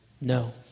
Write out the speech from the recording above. No